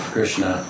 Krishna